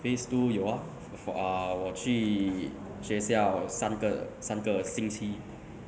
phase two 有啊 for our 我去学校三个三个星期